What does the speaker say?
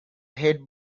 head